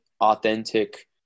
authentic